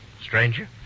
Stranger